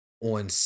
on